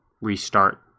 restart